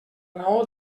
raó